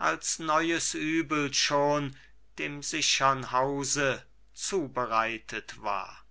als neues übel schon dem sichern hause zubereitet war